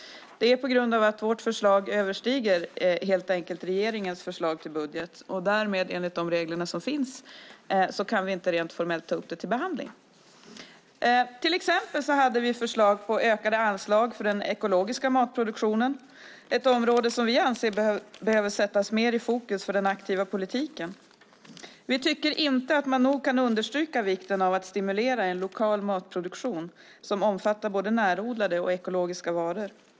Det är på grund av att vårt förslag helt enkelt överstiger regeringens förslag till budget, och därmed kan vi enligt de regler som finns inte rent formellt ta upp det till behandling. Till exempel hade vi förslag på ökade anslag för den ekologiska matproduktionen, ett område vi anser behöver sättas mer i fokus för den aktiva politiken. Vi tycker inte att man nog kan understryka vikten av att stimulera en lokal matproduktion som omfattar både närodlade och ekologiska varor.